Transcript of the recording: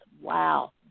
wow